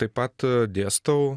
taip pat dėstau